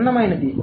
భిన్నమైనది